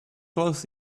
close